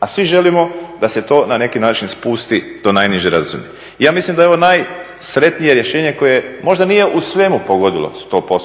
a svi želimo da se to na neki način spusti do najniže razine. Ja mislim da je ovo najsretnije rješenje koje možda nije u svemu pogodilo 100%,